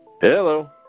Hello